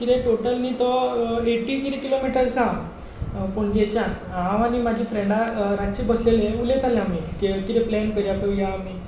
कितें टोटल न्ही तो एटी कितें किलोमिटरस आहा पणजेच्यान हांव आनी म्हाजी फ्रेंडां रातचे बसलेले उलयताले आमी कितें प्लेन करया खंय या आमी भोंवपाक बी या